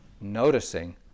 noticing